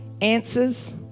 answers